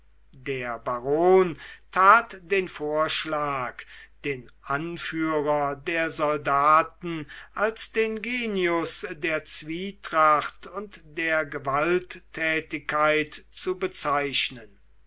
der baron tat den vorschlag den anführer der soldaten als den genius der zwietracht und der gewalttätigkeit zu bezeichnen